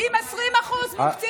אם 20% מוקצים לציבור אחר,